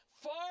far